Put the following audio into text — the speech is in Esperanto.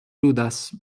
ludas